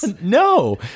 No